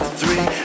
three